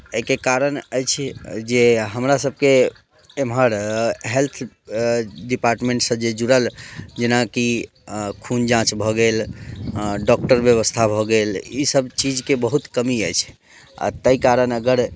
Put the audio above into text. एहिके कारण अछि जे हमरा सभके एम्हर हेल्थ डिपार्टमेंटसँ जुड़ल जेनाकि खून जाँच भऽ गेल डॉक्टर व्यवस्था भऽ गेल एहिसभ चीजके बहुत कमी अछि आ ताहि कारण अगर